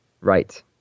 Right